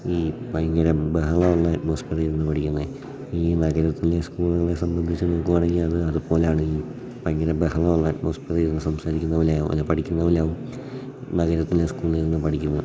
ഈ ഭയങ്കര ബഹളം ഉള്ള അറ്റ്മോസ്ഫിയറിന്ന് പഠിക്കുന്നത് ഈ നഗരത്തിലെ സ്കൂളുകളെ സംബന്ധിച്ച് നോക്കുവാണെങ്കിൽ അത് അതുപോലെ ആണ് ഈ ഭയങ്കര ബഹളം ഉള്ള അറ്റ്മോസ്ഫിയറി ഇരുന്ന് സംസാരിക്കുന്ന പോലെയാവും അല്ല പഠിക്കുന്ന പോലാവും നഗരത്തിലെ സ്കൂളിൽ ഇരുന്ന് പഠിക്കുന്നത്